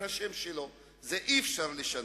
את זה אי-אפשר לשנות.